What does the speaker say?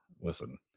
listen